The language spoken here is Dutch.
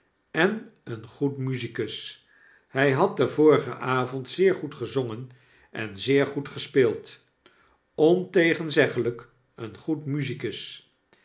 en een goed musicus hij had den vorigen avond zeer goed gezongen en zeer goed gespeeld w ontegenzeglijk een goed musicus